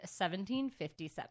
1757